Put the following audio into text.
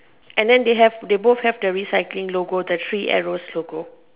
and then they have they both have the recycling logo the three arrows logo